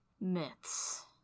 myths